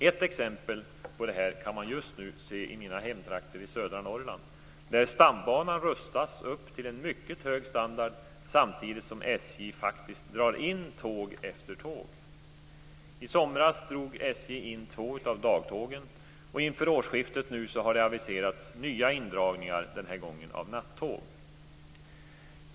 Ett exempel på detta kan man just nu se i mina hemtrakter i södra Norrland, där stambanan rustas upp till en mycket hög standard samtidigt som SJ faktiskt drar in tåg efter tåg. I somras drog SJ in två av dagtågen, och inför årsskiftet har det aviserats nya indragningar, den här gången av nattåg.